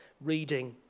reading